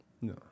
No